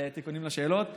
תיקונים לשאלות.